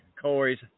Corey's